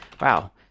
wow